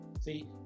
See